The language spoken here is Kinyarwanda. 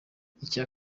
icya